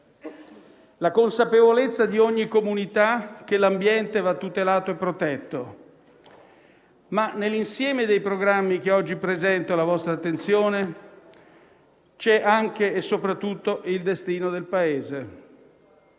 la consapevolezza di ogni comunità che l'ambiente va tutelato e protetto. Nell'insieme dei programmi che oggi presento alla vostra attenzione c'è però anche e soprattutto il destino del Paese,